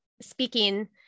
speaking